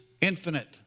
infinite